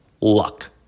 luck